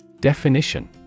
Definition